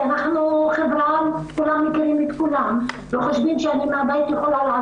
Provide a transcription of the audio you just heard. כי אנחנו חברה שבה כולם מכירים את